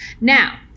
Now